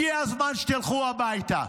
הגיע הזמן שתלכו הביתה.